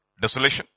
desolation